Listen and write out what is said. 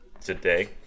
Today